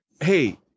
Hey